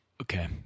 Okay